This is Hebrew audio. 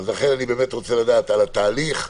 אני רוצה לדעת על התהליך,